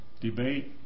Debate